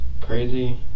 crazy